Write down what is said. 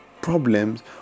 problems